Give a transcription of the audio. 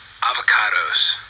Avocados